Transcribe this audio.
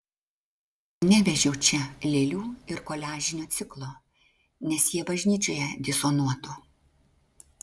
nevežiau čia lėlių ir koliažinio ciklo nes jie bažnyčioje disonuotų